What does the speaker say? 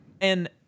And-